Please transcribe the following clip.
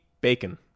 Bacon